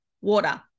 water